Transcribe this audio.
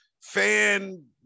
fan